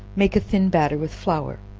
make a thin batter with flour,